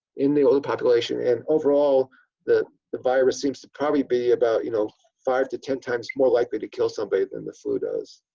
in the older population and overall the the virus seems to probably be about you know five to ten times more likely to kill somebody than the flu does.